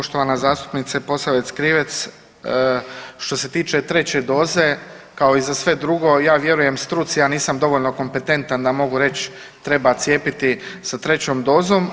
Poštovana zastupnice Posavec – Krivec što se tiče treće doze kao i za sve drugo ja vjerujem struci, ja nisam dovoljno kompetentan da mogu reći treba cijepiti sa trećom dozom.